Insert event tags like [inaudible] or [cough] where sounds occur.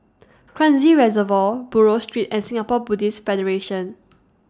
[noise] Kranji Reservoir Buroh Street and Singapore Buddhist Federation